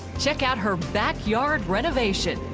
check out her backyard renovation.